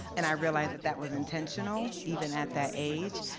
and i realized that that was intentional even at that age,